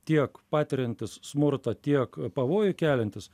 tiek patiriantis smurtą tiek pavojų keliantis